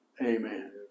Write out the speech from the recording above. Amen